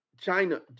China